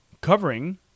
covering